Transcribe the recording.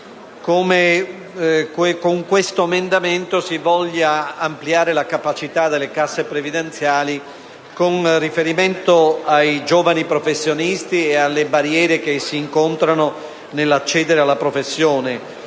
con l’emendamento 10.0.200 si intende ampliare la capacita` delle casse previdenziali con riferimento ai giovani professionisti e alle barriere che essi incontrano nell’accedere alla professione.